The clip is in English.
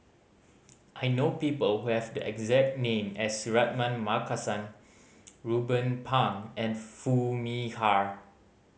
I know people who have the exact name as Suratman Markasan Ruben Pang and Foo Mee Har